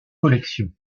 collection